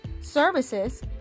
Services